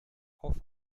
auf